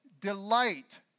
Delight